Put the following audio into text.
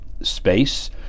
space